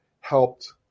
helped